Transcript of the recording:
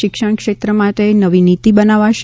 શિક્ષણ ક્ષેત્ર માટે નવી નીતી બનાવાશે